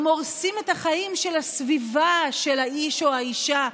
הם הורסים את החיים של הסביבה, של האיש או האישה,